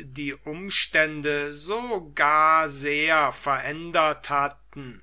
die umstände sogar sehr verändert hatten